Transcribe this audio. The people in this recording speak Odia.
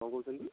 କ'ଣ କହୁଛନ୍ତି